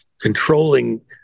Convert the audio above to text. controlling